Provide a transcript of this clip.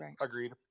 agreed